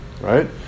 right